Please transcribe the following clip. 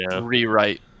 rewrite